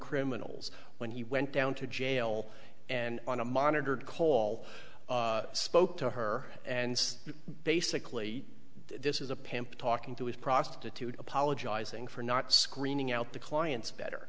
criminals when he went down to jail and on a monitored call spoke to her and basically this is a pimp talking to his prostitute apologizing for not screening out the clients better